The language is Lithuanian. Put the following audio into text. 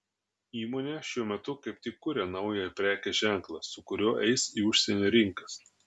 įmonė šiuo metu kaip tik kuria naują prekės ženklą su kuriuo eis į užsienio rinkas